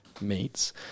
meats